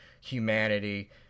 humanity